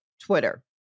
twitter